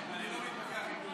אני לא מתווכח עם דודי.